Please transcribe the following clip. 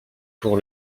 pour